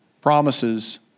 Promises